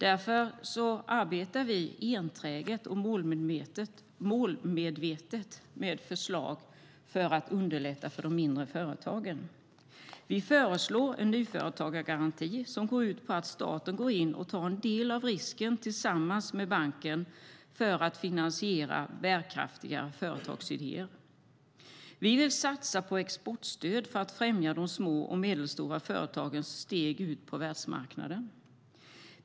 Därför arbetar vi enträget och målmedvetet med förslag för att underlätta för de mindre företagen. Vi föreslår en nyföretagargaranti som går ut på att staten går in och tar en del av risken tillsammans med banken för att finansiera bärkraftiga företagsidéer. Vi vill satsa på exportstöd för att främja de små och medelstora företagens steg ut på världsmarknaden.